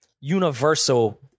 universal